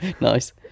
nice